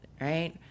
right